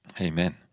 Amen